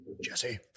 Jesse